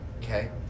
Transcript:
Okay